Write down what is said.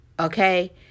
Okay